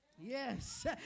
yes